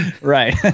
Right